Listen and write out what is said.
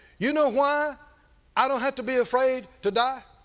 you know why i don't have to be afraid to die?